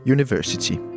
University